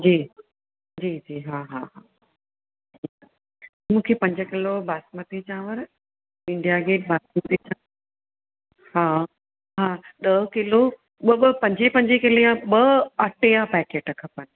जी जी जी हा हा हा मूंखे पंज किलो बासमती चांवरु इंडिया गेट बासमती चांवरु हा हा ॾह किलो ॿ ॿ पंजे पंजे किले जा ॿ अटे जा पैकेट खपेनि